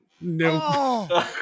Nope